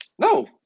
No